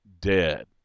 dead